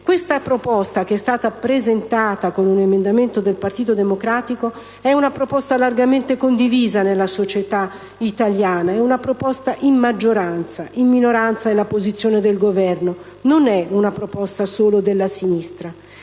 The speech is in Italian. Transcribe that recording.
Questa proposta, che è stata presentata con un emendamento del Partito Democratico, è una proposta largamente condivisa nella società italiana, è una proposta in maggioranza. In minoranza è la posizione del Governo. Non è una proposta solo della sinistra.